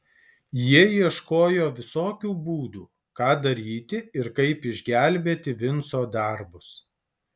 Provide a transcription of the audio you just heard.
jie ieškojo visokių būdų ką daryti ir kaip išgelbėti vinco darbus